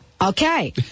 Okay